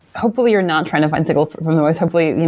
hopefully you're not trying to find signal from the noise hopefully,